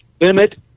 limit